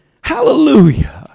hallelujah